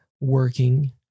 working